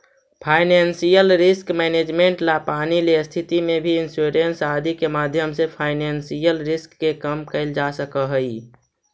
financial risk management ला पानी ले स्थिति में भी इंश्योरेंस आदि के माध्यम से फाइनेंशियल रिस्क के कम कैल जा सकऽ हई